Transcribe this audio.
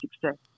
success